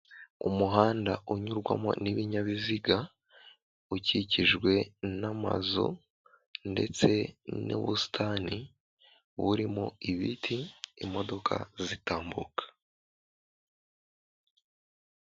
Umuhanda unyurwamo n'ibinyabiziga ukikijwe n'amazu ndetse n'ubusitani burimo ibiti imodoka zitambuka.